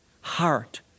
heart